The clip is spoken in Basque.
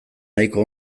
nahiko